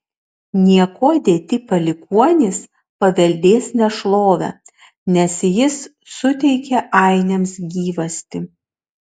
niekuo dėti palikuonys paveldės nešlovę nes jis suteikė ainiams gyvastį